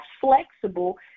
flexible